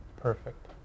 Perfect